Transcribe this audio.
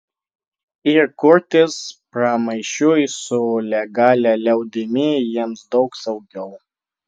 ir kurtis pramaišiui su legalia liaudimi jiems daug saugiau